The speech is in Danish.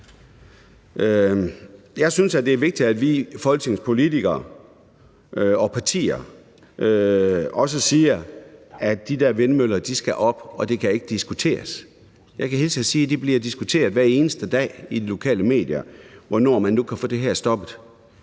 Jeg synes, det er vigtigt, at vi folketingspolitikere og partier også siger, at de der vindmøller skal op, og det kan ikke diskuteres. Jeg skal hilse og sige, at det bliver diskuteret hver eneste dag i de lokale medier, hvornår man nu kan få det her stoppet.